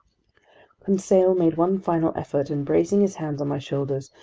conseil made one final effort, and bracing his hands on my shoulders,